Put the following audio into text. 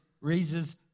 raises